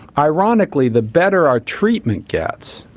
ironically the better our treatment gets,